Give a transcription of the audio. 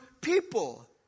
people